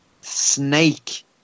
Snake